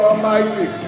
Almighty